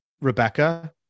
Rebecca